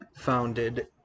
founded